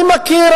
אני מכיר,